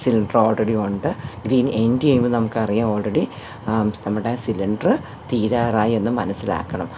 cylinder already ഉണ്ട് ഇതിനി end ചെയ്യുമ്പോൾ നമുക്ക് അറിയാം ഓൾറെഡി നമ്മുടെ സിലിണ്ടർ തീരാറായി എന്ന് മനസ്സിലാക്കണം